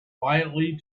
quietly